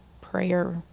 prayer